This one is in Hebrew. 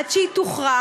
עד שהיא תוכרע,